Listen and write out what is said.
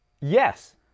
Yes